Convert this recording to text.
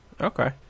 Okay